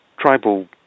Tribal